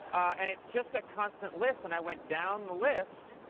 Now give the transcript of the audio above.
and it's just a constant list. and i went down the list,